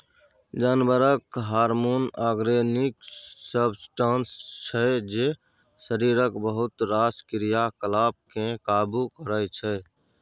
जानबरक hormone organic substance छै जे शरीरक बहुत रास क्रियाकलाप केँ काबु करय छै